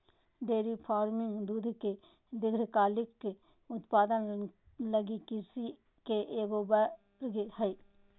dairy farming दूध के दीर्घकालिक उत्पादन लगी कृषि के एगो वर्ग हइ